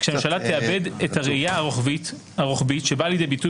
כשהממשלה תאבד את הראיה הרוחבית שבאה לידי ביטוי